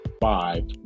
five